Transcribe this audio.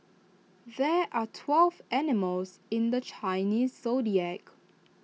there are twelve animals in the Chinese Zodiac